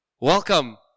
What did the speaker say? Welcome